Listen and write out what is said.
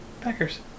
Packers